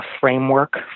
framework